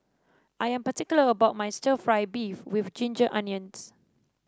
I am particular about my stir fry beef with Ginger Onions